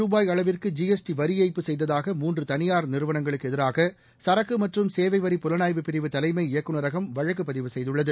ரூபாய் அளவிற்கு ஜிஎஸ்டி வரி ஏய்ப்பு செய்ததாக மூன்று தனியார் நிறுவனங்களுக்கு எதிராக சரக்கு மற்றும் சேவை வரி புலனாய்வுப் பிரிவு தலைமை இயக்குநரகம் வழக்குப் பதிவு செய்துள்ளது